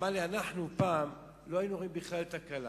הוא אמר לי: פעם לא היינו רואים בכלל את הכלה.